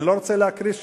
אני לא רוצה להקריא שמות,